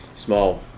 Small